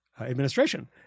administration